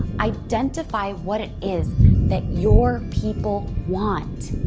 identify what it is that your people want.